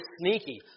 sneaky